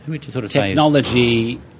Technology